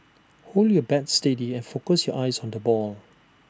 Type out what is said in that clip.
hold your bat steady and focus your eyes on the ball